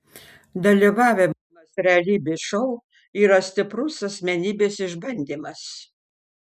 dalyvavimas realybės šou yra stiprus asmenybės išbandymas